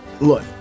look